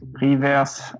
reverse